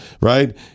right